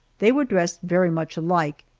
they were dressed very much alike,